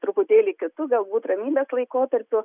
truputėlį kitu galbūt ramybės laikotarpiu